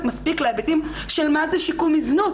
מספיק להיבטים של מה זה שיקום מזנות.